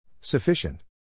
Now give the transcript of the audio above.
Sufficient